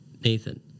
Nathan